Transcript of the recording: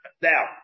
now